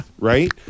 Right